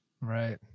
Right